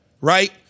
right